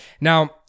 Now